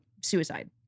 suicide